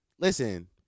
listen